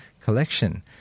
collection